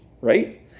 right